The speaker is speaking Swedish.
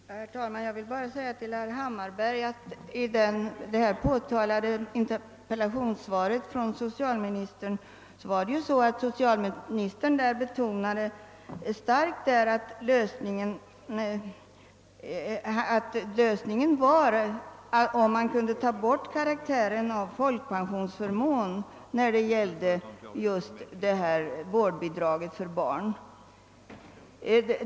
Herr talman! Jag vill bara säga till herr Hammarberg att socialministern i det nämnda svaret på en enkel fråga starkt betonade att problemet kunde lösas om karaktären av folkpensionsförmån togs bort i fråga om vårdbidrag för barn.